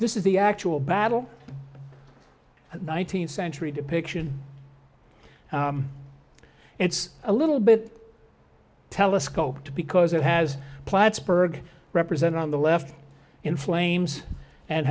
this is the actual battle and nineteenth century depiction it's a little bit telescope because it has plattsburgh represent on the left in flames and